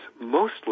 mostly